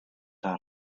zarra